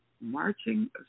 Marching